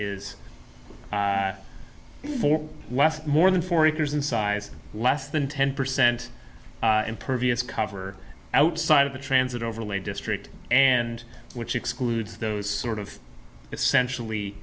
for more than four acres in size less than ten percent impervious cover outside of a transit overlay district and which excludes those sort of essentially